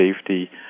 safety